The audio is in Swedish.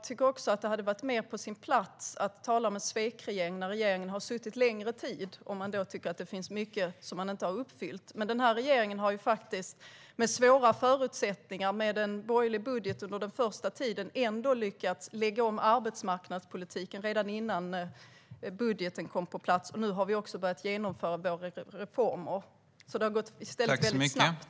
Det hade varit mer på sin plats att tala om en svekregering när regeringen har suttit längre tid och om man då tycker att det finns mycket som regeringen inte har uppfyllt. Men regeringen lyckades trots svåra förutsättningar och med en borgerlig budget under den första tiden lägga om arbetsmarknadspolitiken redan innan årets budget kom på plats. Nu har vi också börjat genomföra våra reformer. Det har alltså gått snabbt.